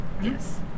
Yes